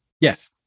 Yes